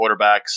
quarterbacks